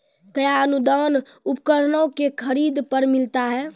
कया अनुदान उपकरणों के खरीद पर मिलता है?